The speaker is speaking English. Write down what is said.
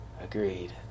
Agreed